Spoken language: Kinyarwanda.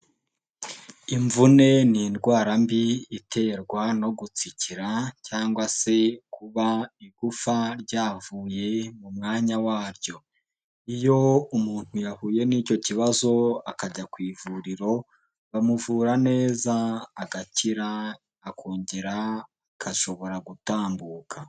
Imvune ni indwara mbi iterwa no gutsikira cyangwa se kuba igufa ryavuye mu mwanya waryo, iyo umuntu yahuye n'icyo kibazo akajya ku ivuriro, bamuvura neza agakira, akongera agashobora gutambuka.